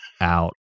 out